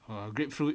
err grapefruit